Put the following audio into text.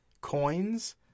coins